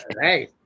Hey